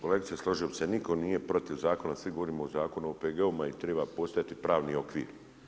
Kolegice složio bih se nitko nije protiv zakona, svi govorimo o zakonu, o OPG-ovima i trima postojati pravni okvir.